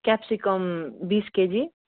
capsicum बिस KG